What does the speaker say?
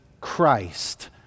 Christ